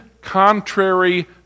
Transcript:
contrary